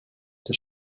der